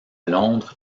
londres